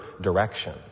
direction